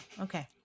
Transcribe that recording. Okay